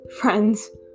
friends